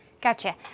Gotcha